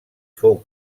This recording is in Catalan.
fou